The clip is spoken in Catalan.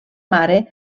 mare